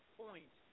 point